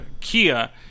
Kia